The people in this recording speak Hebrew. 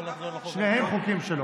שניהם חוקים שלו.